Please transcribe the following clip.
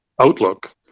outlook